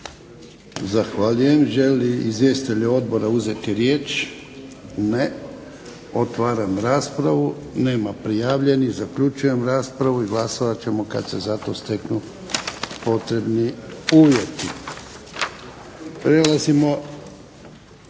Zahvaljujem. Želi li izvjestitelj odbora uzeti riječ? Ne. Otvaram raspravu. Nema prijavljenih. Zaključujem raspravu. Glasovat ćemo kad se za to steknu potrebni uvjeti.